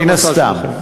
מן הסתם.